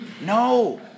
No